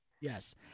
Yes